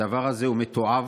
הדבר הזה הוא מתועב.